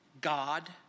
God